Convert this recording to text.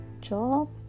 job